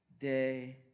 day